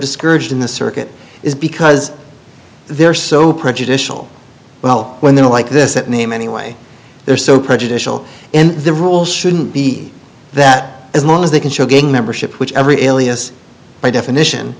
discouraged in the circuit is because they're so prejudicial well when they're like this that name anyway they're so prejudicial and the rule shouldn't be that as long as they can show gang membership which every alias by definition